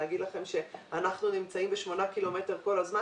להגיד לכם שאנחנו נמצאים בשמונה קילומטר כל הזמן?